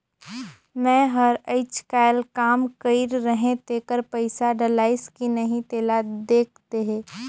मै हर अईचकायल काम कइर रहें तेकर पइसा डलाईस कि नहीं तेला देख देहे?